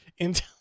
intel